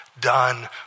Done